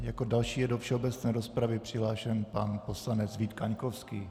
Jako další je do všeobecné rozpravy přihlášen pan poslanec Vít Kaňkovský.